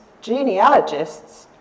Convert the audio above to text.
genealogists